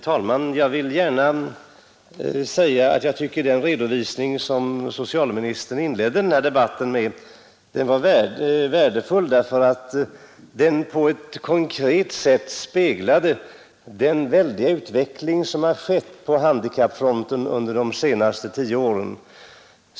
Herr talman! Den redovisning som socialministern inledde denna debatt med tycker jag var värdefull, eftersom den konkret speglade den väldiga utveckling som skett på handikappområdet under de senaste tio åren.